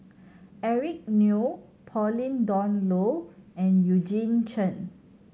Eric Neo Pauline Dawn Loh and Eugene Chen